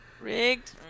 Rigged